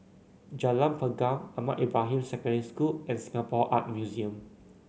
Jalan Pergam Ahmad Ibrahim Secondary School and Singapore Art Museum